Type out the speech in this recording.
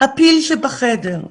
הפיל שבחדר,